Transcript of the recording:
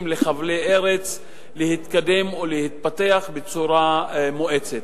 לחבלי ארץ להתקדם או להתפתח בצורה מואצת,